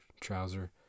trouser